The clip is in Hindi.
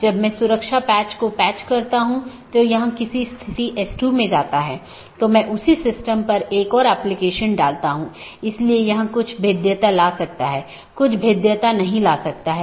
अब मैं कैसे एक मार्ग को परिभाषित करता हूं यह AS के एक सेट द्वारा परिभाषित किया गया है और AS को मार्ग मापदंडों के एक सेट द्वारा तथा गंतव्य जहां यह जाएगा द्वारा परिभाषित किया जाता है